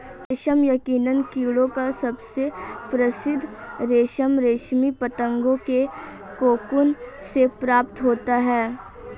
रेशम यकीनन कीड़ों का सबसे प्रसिद्ध रेशम रेशमी पतंगों के कोकून से प्राप्त होता है